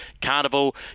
Carnival